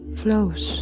flows